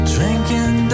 Drinking